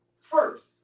first